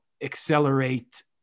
accelerate